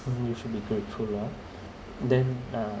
something you should be grateful lah then uh